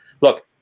look